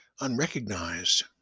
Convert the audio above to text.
unrecognized